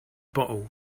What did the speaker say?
bottle